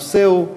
הנושא הוא: